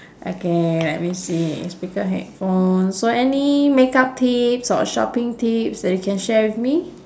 okay let me see speaker headphone so any make up tips or shopping tips that you can share with me